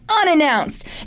unannounced